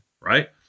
right